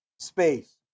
space